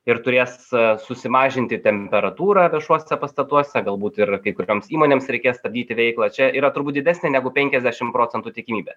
ir turės susimažinti temperatūrą viešuosiuose pastatuose galbūt ir kai kurioms įmonėms reikės stabdyti veiklą čia yra turbūt didesnė negu penkiasdešimt procentų tikimybė